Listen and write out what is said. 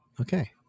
Okay